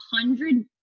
hundred